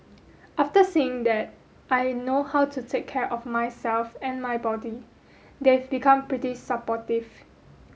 after seeing that I know how to take care of myself and my body they've become pretty supportive